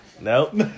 Nope